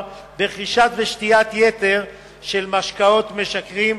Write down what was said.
ברכישה ובשתיית יתר של משקאות משכרים,